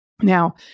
Now